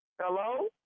Hello